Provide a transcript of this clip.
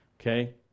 Okay